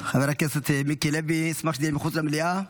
חבר הכנסת מיקי לוי, אשמח שזה יהיה מחוץ למליאה.